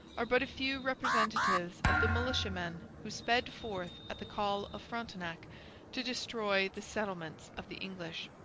are but a few representatives of the militiamen who sped forth at the call of frontenac to destroy the settlements of the english.